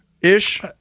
ish